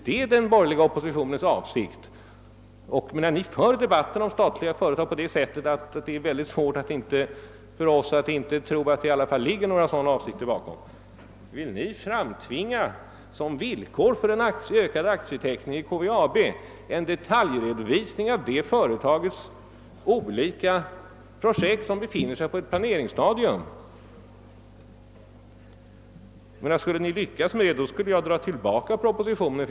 Den borgerliga oppositionen för debatten om statliga företag på ett sådant sätt att det är svårt för oss att inte tro att era avsikter är att som villkor för en ökad aktieteckning i KVAB framtvinga en redovisning av företagets olika projekt som befinner sig på planeringsstadiet. Om ni skulle ha lyckats med en sådan avsikt skulle jag ha dragit tillbaka propositionen.